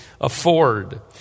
afford